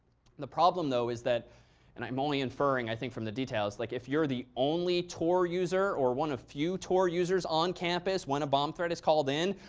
the problem, though, is that and i'm only inferring, i think, from the details like if you're the only tor user, or one of few tor users on campus when a bomb threat is called in,